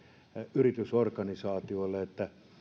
yritysorganisaatioille